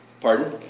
pardon